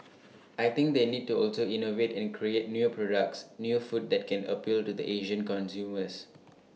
I think they need to also innovate and create new products new food that can appeal to the Asian consumers